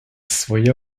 своє